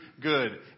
good